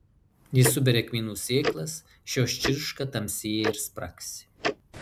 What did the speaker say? ji suberia kmynų sėklas šios čirška tamsėja ir spragsi